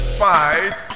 fight